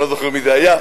אני לא זוכר מי זה היה,